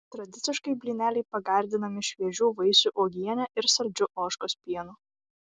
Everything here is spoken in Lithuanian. tradiciškai blyneliai pagardinami šviežių vaisių uogiene ir saldžiu ožkos pienu